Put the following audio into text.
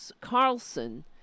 Carlson